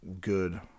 good